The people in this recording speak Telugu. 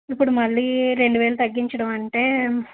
ఇప్పుడు మళ్ళీ రెండు వేలు తగ్గించడం అంటే